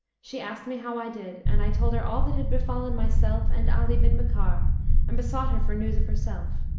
she asked me how i did, and i told her all that had befallen myself and ali bin bakkar and besought her for news of herself.